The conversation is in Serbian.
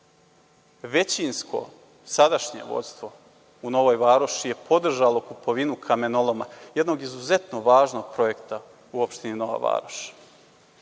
Većinsko, sadašnje rukovodstvo u Novoj Varoši je podržalo kupovinu kamenoloma, jednog izuzetno važnog projekta u opštini Nova Varoš.